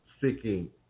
seeking